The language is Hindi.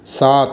सात